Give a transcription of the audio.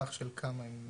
טווח של כמה עם המספרים?